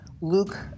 Luke